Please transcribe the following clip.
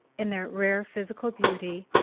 in their rare physical beauty,